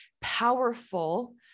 powerful